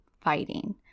fighting